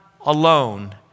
alone